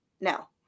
no